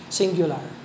singular